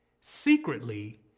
secretly